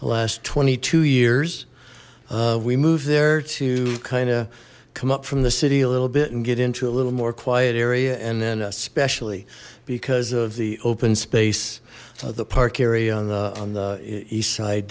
the last twenty two years we moved there to kind of come up from the city a little bit and get into a little more quiet area and then especially because of the open space the park area on the on the east side